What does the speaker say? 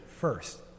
first